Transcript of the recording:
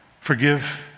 Forgive